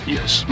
Yes